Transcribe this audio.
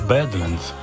Badlands